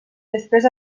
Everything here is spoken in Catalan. després